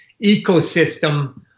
ecosystem